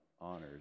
honors